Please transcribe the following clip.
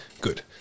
Good